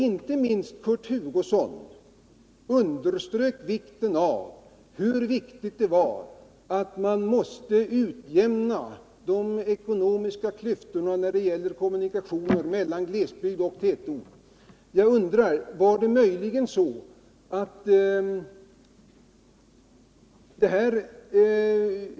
Inte minst Kurt Hugosson underströk då vikten av att ekonomiskt utjämna klyftorna mellan glesbygd och tätort när det gäller kommunikationer.